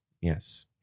yes